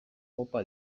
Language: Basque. opa